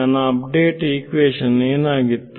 ನನ್ನ update equation ಏನಾಗಿತ್ತು